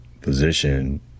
position